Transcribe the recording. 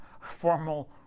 formal